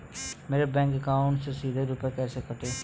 मेरे bank account से सीधे रुपए कैसे कटेंगे?